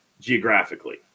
geographically